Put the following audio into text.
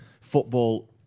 football